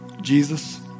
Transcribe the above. Jesus